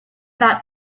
that